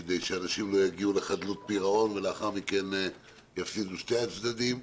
כדי שאנשים לא יגיעו לחדלות פירעון ולאחר מכן יפסידו שני הצדדים.